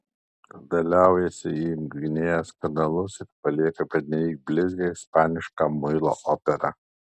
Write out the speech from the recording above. tada liaujasi junginėjęs kanalus ir palieka pernelyg blizgią ispanišką muilo operą